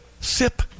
Sip